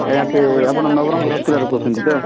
ଆଜ୍ଞା ସିଏ ଆପଣ ନବରଙ୍ଗପୁର ହସ୍ପିଟାଲ୍ରୁ କହୁଛନ୍ତି ତ